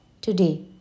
Today